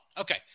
okay